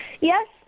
Yes